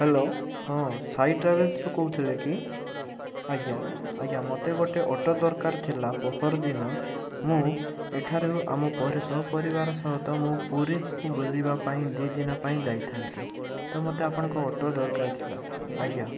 hello ହଁ ସାଇ ଟ୍ରାଭେଲର୍ସରୁ କହୁଥିଲେ କି ଆଜ୍ଞା ଆଜ୍ଞା ମୋତେ ଗୋଟେ ଅଟୋ ଦରକାର ଥିଲା ପହରଦିନ ମୁଁ ଏଠାରୁ ମୋ ପରିବାର ସହ ମୁଁ ପୁରୀ ବୁଲିବା ପାଇଁ ଦୁଇଦିନ ପାଇଁ ଯାଇଥାନ୍ତି ତ ମୋତେ ଆପଣଙ୍କ ଅଟୋ ଦରକାର ଥିଲା ଆଜ୍ଞା